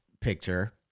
picture